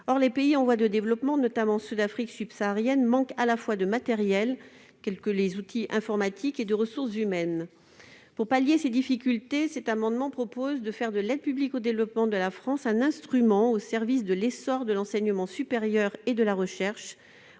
Or les pays en voie de développement, notamment ceux d'Afrique subsaharienne, manquent de matériels, tels que les outils informatiques, et de ressources humaines. Pour pallier ces difficultés, cet amendement vise à faire de l'APD de la France un instrument au service de l'essor de l'enseignement supérieur et de la recherche